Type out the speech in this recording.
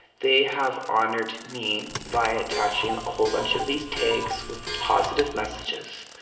they have honored me by attaching a whole bunch of these tags with positive messages.